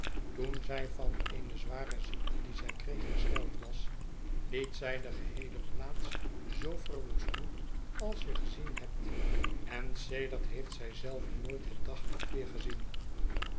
toen zij van eene zware ziekte die zij kreeg hersteld was liet zij de geheele plaats zoo verwoesten als je gezien hebt en sedert heeft zij zelve nooit het daglicht weer gezien